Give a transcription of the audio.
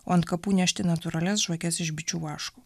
o ant kapų nešti natūralias žvakes iš bičių vaško